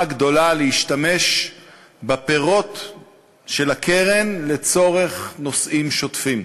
גדולה להשתמש בפירות של הקרן לנושאים שוטפים.